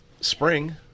spring